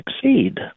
succeed